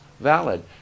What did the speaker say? Valid